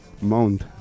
Mount